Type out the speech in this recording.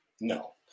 no